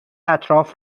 اطراف